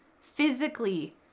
physically